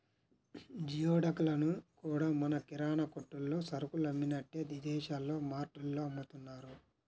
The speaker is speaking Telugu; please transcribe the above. జియోడక్ లను కూడా మన కిరాణా కొట్టుల్లో సరుకులు అమ్మినట్టే విదేశాల్లో మార్టుల్లో అమ్ముతున్నారు